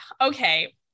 okay